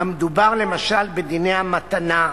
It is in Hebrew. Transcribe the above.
המדובר, למשל, בדיני המתנה,